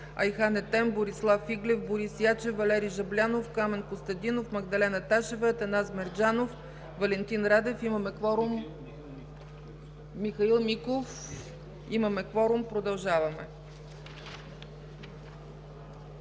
Айхан Етем, Борислав Иглев, Борис Ячев, Валери Жаблянов, Камен Костадинов, Магдалена Ташева, Атанас Мерджанов, Валентин Радев, Михаил Миков. Имаме кворум, продължаваме.